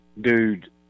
dude